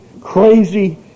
crazy